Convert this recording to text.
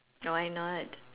why not